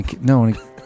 No